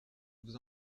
vous